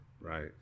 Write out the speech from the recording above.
right